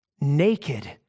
Naked